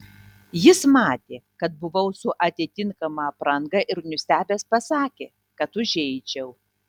jis matė kad buvau su atitinkama apranga ir nustebęs pasakė kad užeičiau